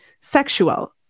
sexual